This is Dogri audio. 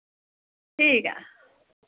ठीक ऐ